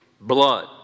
blood